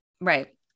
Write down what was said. right